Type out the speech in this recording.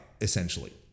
essentially